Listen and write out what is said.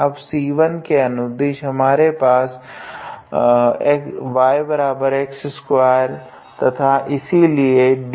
अब C1 के अनुदिश हमारे पास yx2 तथा इसलिए dy2xdx